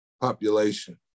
population